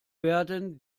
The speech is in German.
werden